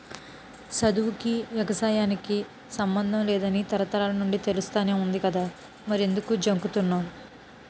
సదువుకీ, ఎగసాయానికి సమ్మందం లేదని తరతరాల నుండీ తెలుస్తానే వుంది కదా మరెంకుదు జంకుతన్నావ్